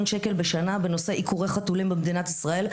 שקל בשנה בנושא עיקורי חתולים במדינת ישראל,